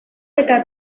eta